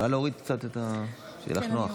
את יכולה להוריד קצת, שיהיה לך נוח.